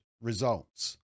results